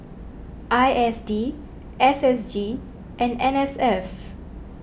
I S D S S G and N S F